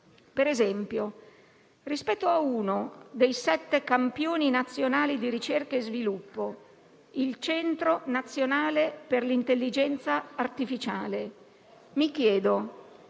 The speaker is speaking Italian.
Per esempio, rispetto a uno dei sette campioni nazionali di ricerca e sviluppo, il Centro nazionale per l'intelligenza artificiale, mi chiedo